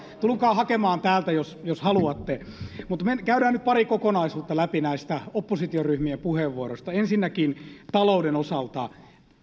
tulkaa hakemaan täältä jos jos haluatte käydään nyt pari kokonaisuutta läpi näistä oppositioryhmien puheenvuoroista ensinnäkin talouden osalta